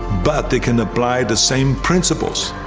but they can apply the same principles.